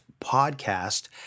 podcast